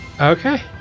Okay